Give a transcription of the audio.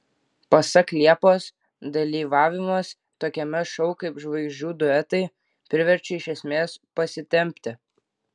pasak liepos dalyvavimas tokiame šou kaip žvaigždžių duetai priverčia iš esmės pasitempti